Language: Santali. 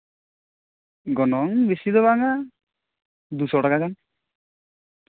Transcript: ᱜᱚᱱᱚᱝ ᱵᱮᱥᱤ ᱫᱚ ᱵᱟᱝᱼᱟ ᱫᱩ ᱥᱚ ᱴᱟᱠᱟ ᱜᱟᱱ